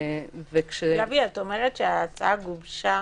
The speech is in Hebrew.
גבי, את אומרת שההצעה גובשה